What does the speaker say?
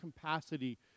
capacity